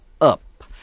up